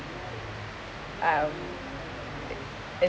um it